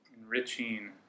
enriching